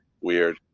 weird